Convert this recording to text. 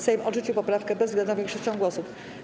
Sejm odrzucił poprawkę bezwzględną większością głosów.